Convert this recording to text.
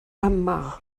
yma